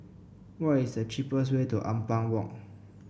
what is the cheapest way to Ampang Walk